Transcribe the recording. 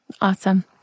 Awesome